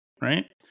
right